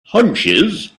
hunches